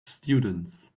students